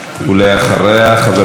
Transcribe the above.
חבר הכנסת עמר בר-לב.